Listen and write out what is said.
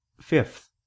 Fifth